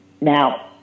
Now